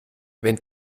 wenn